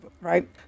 right